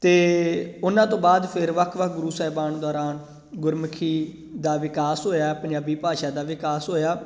ਅਤੇ ਉਹਨਾਂ ਤੋਂ ਬਾਅਦ ਫਿਰ ਵੱਖ ਵੱਖ ਗੁਰੂ ਸਾਹਿਬਾਨ ਦੌਰਾਨ ਗੁਰਮੁਖੀ ਦਾ ਵਿਕਾਸ ਹੋਇਆ ਪੰਜਾਬੀ ਭਾਸ਼ਾ ਦਾ ਵਿਕਾਸ ਹੋਇਆ